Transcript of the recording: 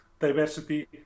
diversity